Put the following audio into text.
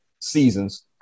Seasons